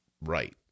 right